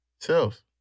Self